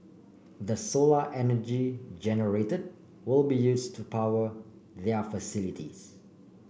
the solar energy generated will be use to power their facilities